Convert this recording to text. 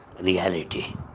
reality